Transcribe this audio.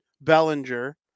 Bellinger